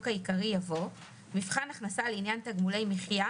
העיקרי יבוא: "מבחן הכנסה לעניין תגמולי מחיה,